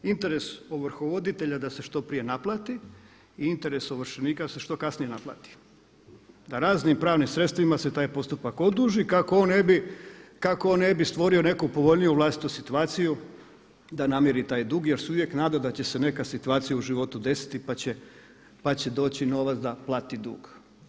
Interes ovrhovoditelja da se što prije naplati i interes ovršenika da se što kasnije naplati, da raznim pravnim sredstvima se taj postupak oduži kako on ne bi stvorio neku povoljniju vlastitu situaciju da namiri taj dug jer se uvijek nada da će se neka situacija u životu desiti pa će doći novac da plati dug.